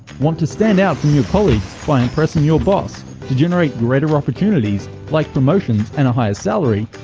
want to stand out from your colleagues by impressing your boss to generate greater opportunities, like promotions and a higher salary,